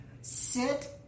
sit